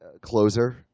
closer